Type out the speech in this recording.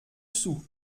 sous